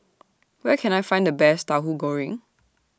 Where Can I Find The Best Tauhu Goreng